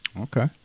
Okay